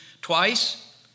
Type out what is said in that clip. Twice